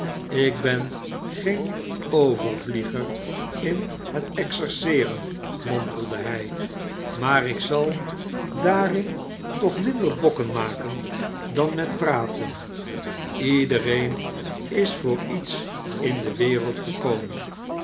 ik ben geen overvlieger in het exerceeren mompelde hij smaar ik zal daarin toch minder bokken maken dan met praten iedereen is voor iets in de wereld gekomen